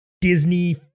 Disney